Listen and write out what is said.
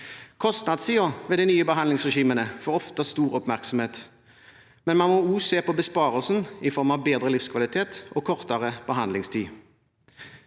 Kostnadssiden ved de nye behandlingsregimene får ofte stor oppmerksomhet, men man må også se på besparelsen i form av bedre livskvalitet og kortere behandlingstid.